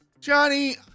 Johnny